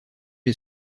est